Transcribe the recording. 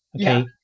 Okay